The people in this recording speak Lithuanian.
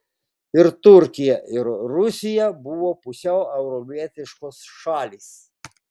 ir turkija ir rusija buvo pusiau europietiškos šalys